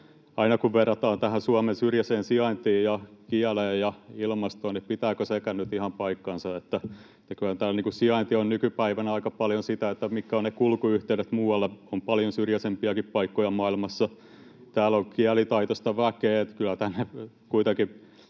aina, kun verrataan tähän Suomen syrjäiseen sijaintiin ja kieleen ja ilmastoon — että pitääkö sekään nyt ihan paikkaansa. Kyllähän tämä sijainti on nykypäivänä aika paljon sitä, mitkä ovat ne kulkuyhteydet muualle. On paljon syrjäisempiäkin paikkoja maailmassa. Täällä on kielitaitoista väkeä.